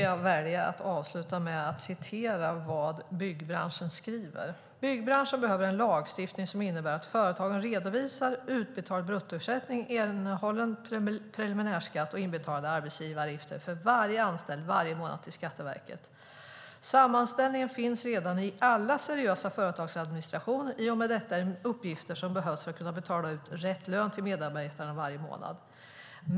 Jag väljer att avsluta med att citera vad byggbranschen skriver: "Byggbranschen behöver en lagstiftning som innebär att företagen redovisar, utbetald bruttoersättning, innehållen preliminärskatt och inbetalda arbetsgivaravgifter , för varje anställd varje månad till Skatteverket. Sammanställningen finns redan i alla seriösa företags administration i och med att detta är uppgifter som behövs för att kunna betala ut rätt lön till medarbetarna varje månad.